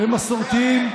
הם מסורתיים,